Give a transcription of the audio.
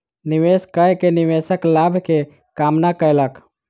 निवेश कय के निवेशक लाभ के कामना कयलक